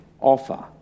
offer